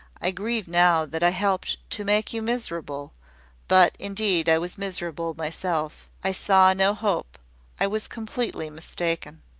i grieve now that i helped to make you miserable but, indeed, i was miserable myself. i saw no hope i was completely mistaken.